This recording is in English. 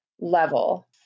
level